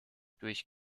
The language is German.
durch